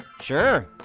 Sure